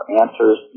answers